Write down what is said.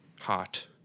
hot